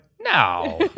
no